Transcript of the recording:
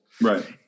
Right